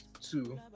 Two